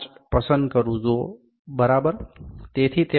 5 પસંદ કરું તો બરાબર